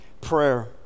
prayer